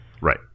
Right